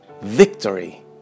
victory